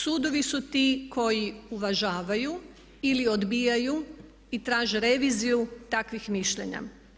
Sudovi su ti koji uvažavaju ili odbijaju i traže reviziju takvih mišljenja.